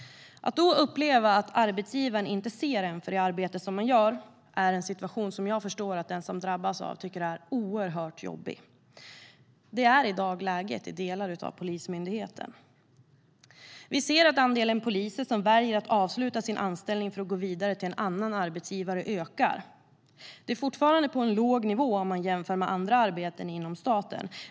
Att då uppleva att arbetsgivaren inte ser det arbete man gör är en situation som jag förstår att den som drabbas av tycker är oerhört jobbig. Det är i dag läget i delar av Polismyndigheten. Vi ser att andelen poliser som väljer att avsluta sin anställning för att gå vidare till en annan arbetsgivare ökar. Det är fortfarande på en låg nivå jämfört med andra arbeten inom staten.